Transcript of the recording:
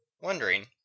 Wondering